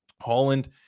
holland